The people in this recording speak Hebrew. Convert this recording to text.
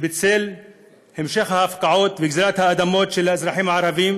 בצל המשך ההפקעות וגזלת האדמות של האזרחים הערבים,